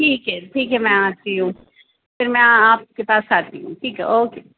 ٹھیک ہے ٹھیک ہے میں آتی ہوں پھر میں آپ کے پاس آتی ہوں ٹھیک ہے اوکے